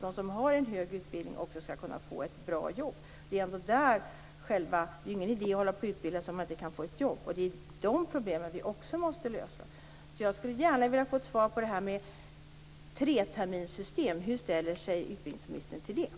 De som har en högre utbildning skall också kunna få ett bra jobb. Det är ju ingen idé att hålla på och utbilda sig om man inte kan få ett jobb. De problemen måste vi också lösa. Jag vill gärna få ett svar på frågan om treterminssystem. Hur ställer sig utbildningsministern till det?